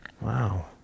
wow